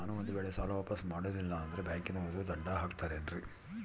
ನಾನು ಒಂದು ವೇಳೆ ಸಾಲ ವಾಪಾಸ್ಸು ಮಾಡಲಿಲ್ಲಂದ್ರೆ ಬ್ಯಾಂಕನೋರು ದಂಡ ಹಾಕತ್ತಾರೇನ್ರಿ?